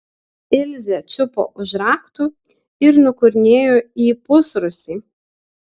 ilzė čiupo už raktų ir nukurnėjo į pusrūsį